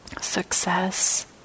success